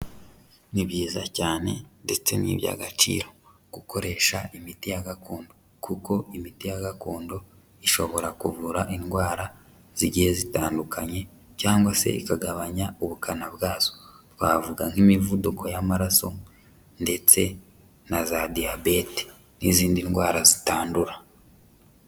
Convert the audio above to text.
Ni byiza cyane ndetse ni iby'agaciro. Gukoresha imiti ya gakondo. Kuko imiti ya gakondo ishobora kuvura indwara zigiye zitandukanye cyangwa se ikagabanya ubukana bwazo. Twavuga nk'imivuduko y'amaraso ndetse na za diyabete. N'izindi ndwara zitandura.